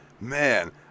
Man